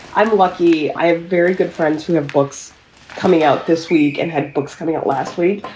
i'm lucky. i have very good friends who have books coming out this week and had books coming out last week.